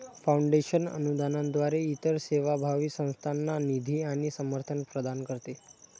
foundation अनुदानाद्वारे इतर सेवाभावी संस्थांना निधी आणि समर्थन प्रदान करते